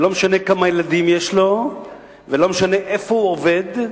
ולא משנה כמה ילדים יש לו ולא משנה איפה הוא עובד,